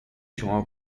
شما